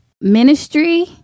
ministry